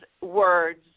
words